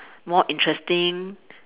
more interesting